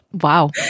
wow